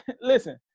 listen